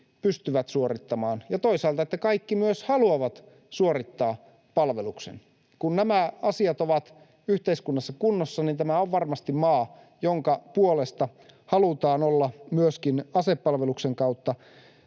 pystyvät suorittamaan palveluksen, ja toisaalta, että kaikki myös haluavat suorittaa sen. Kun nämä asiat ovat yhteiskunnassa kunnossa, niin tämä on varmasti maa, jonka puolesta halutaan olla myöskin asepalveluksen kautta